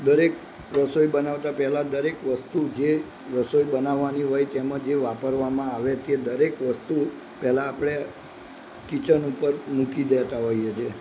દરેક રસોઈ બનાવતાં પહેલાં દરેક વસ્તુ જે રસોઈ બનાવવાની હોય તેમાં જે વાપરવામાં આવે તે દરેક વસ્તુ પહેલાં આપણે કિચન ઉપર મૂકી દેતા હોઈએ છીએ